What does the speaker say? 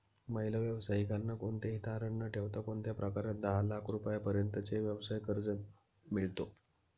महिला व्यावसायिकांना कोणतेही तारण न ठेवता कोणत्या प्रकारात दहा लाख रुपयांपर्यंतचे व्यवसाय कर्ज मिळतो?